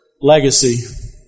Legacy